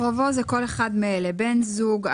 קרובו זה כל אחד מאלה: בן זוג,